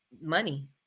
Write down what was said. money